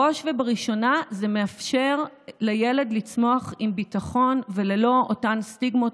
בראש ובראשונה זה מאפשר לילד לצמוח עם ביטחון וללא אותן סטיגמות